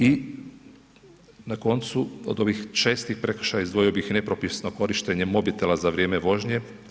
I na koncu od ovih čestih prekršaja izdvojio bih nepropisno korištenje mobitela za vrijeme vožnje.